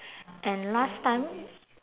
and last time